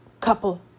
couple